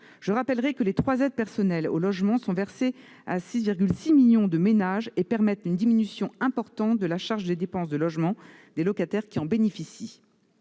Je rappelle que les trois aides personnelles au logement sont versées à 6,6 millions de ménages et permettent une diminution importante de la charge des dépenses de logement des locataires qui en bénéficient.